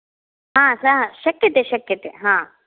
हा सः शक्यते शक्यते हा